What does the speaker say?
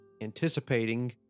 anticipating